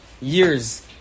years